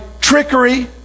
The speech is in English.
trickery